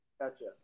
gotcha